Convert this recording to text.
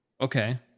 Okay